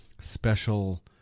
special